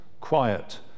Quiet